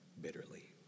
bitterly